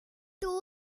tour